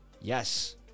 Yes